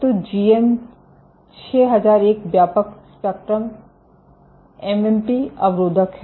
तो जीएम 6001 व्यापक spectrum MMP अवरोधक है